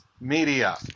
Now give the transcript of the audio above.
Media